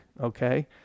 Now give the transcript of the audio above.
okay